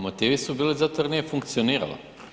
motivi su bili zato jer nije funkcioniralo.